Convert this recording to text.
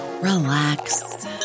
relax